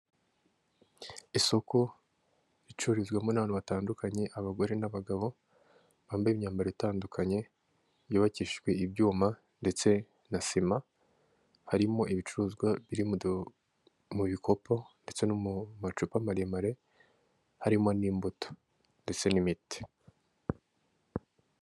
Isoko ricururizwamo n'abantu batandukanye, abagore n'abagabo bambaye imyambaro itandukanye, yubakishijwe ibyuma ndetse na sima, harimo ibicuruzwa biri mu bikopo ndetse no mu macupa maremare, harimo n'imbuto ndetse n'imiti.